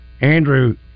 Andrew